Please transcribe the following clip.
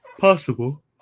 possible